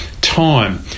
time